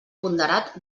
ponderat